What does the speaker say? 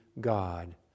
God